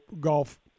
Golf